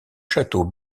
château